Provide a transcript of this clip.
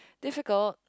difficult